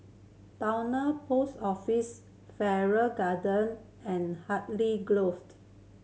Towner Post Office Farrer Garden and Hartley Grove